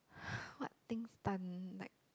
what thing stun like